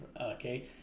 Okay